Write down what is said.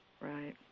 Right